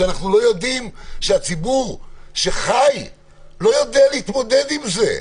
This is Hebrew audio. שהציבור לא יודע להתמודד איתם.